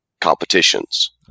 competitions